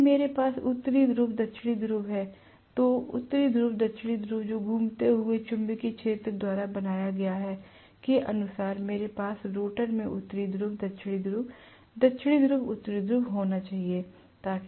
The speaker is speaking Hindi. यदि मेरे पास उत्तरी ध्रुव दक्षिण ध्रुव है तो उत्तरी ध्रुव दक्षिणी ध्रुव जो घूमते हुए चुंबकीय क्षेत्र द्वारा बनाया गया है के अनुसार मेरे पास रोटर में उत्तरी ध्रुव दक्षिणी ध्रुव उत्तरी ध्रुव दक्षिणी ध्रुव होना चाहिए